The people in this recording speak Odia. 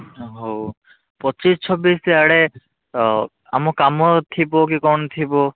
ହଉ ପଚିଶ ଛବିଶ ଆଡ଼େ ଆଉ ଆମ କାମ ଥିବ କି କଣ ଥିବ